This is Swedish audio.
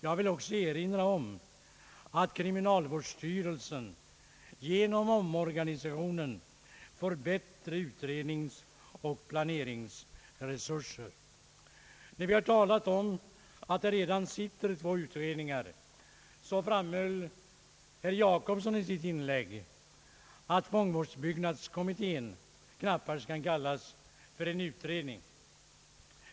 Jag vill också erinra om att kriminalvårdsstyrelsen genom omorganisationen får bättre utredningsoch planeringsresurser. När vi talat om att det redan sitter två utredningar, framhöll herr Jacobsson i sitt inlägg att fångvårdsbyggnadskommittén knappast kan kallas för en utredning.